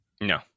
no